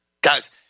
Guys